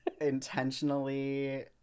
Intentionally